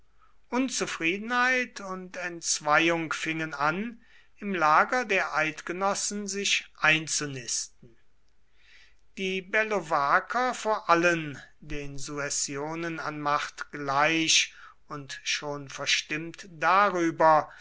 unzufriedenheit und entzweiung fingen an im lager der eidgenossen sich einzunisten die bellovaker vor allem den suessionen an macht gleich und schon verstimmt darüber